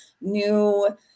new